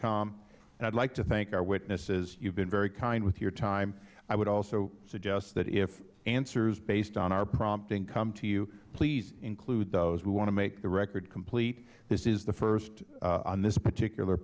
com i'd like to thank our witnesses you've been very kind with your time i would also suggest that if answers based on our prompting come to you please include those we want to make the record complete this is the first on this particular